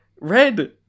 Red